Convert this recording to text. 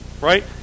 right